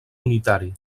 unitari